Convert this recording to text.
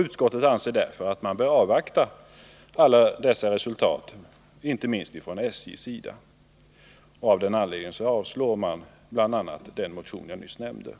Utskottet anser därför att man bör avvakta bl.a. resultaten av SJ:s uppdrag och avstyrker därför motionerna.